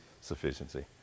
sufficiency